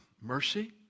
mercy